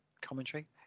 commentary